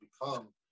become